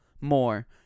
more